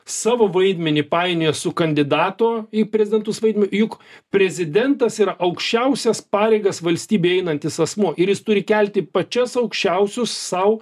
savo vaidmenį painioja su kandidato į prezidentus vaidme juk prezidentas yra aukščiausias pareigas valstybėj einantis asmuo ir jis turi kelti pačias aukščiausius sau